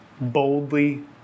boldly